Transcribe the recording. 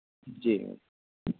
जी ma'am